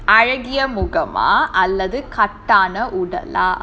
அழகிய முகமா அல்லது கட்டான உடலா:alakiya mugamaa allathu kattaana udalaa lah